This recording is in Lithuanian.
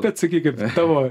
bet sakykit tavo